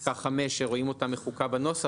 בפסקה (5), שרואים אותה מחוקה בנוסח.